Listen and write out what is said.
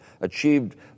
achieved